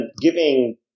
giving